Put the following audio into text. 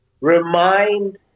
remind